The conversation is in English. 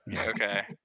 Okay